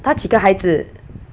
她几个孩子